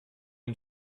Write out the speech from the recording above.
une